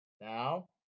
Now